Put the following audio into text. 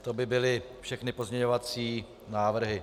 To by byly všechny pozměňovací návrhy.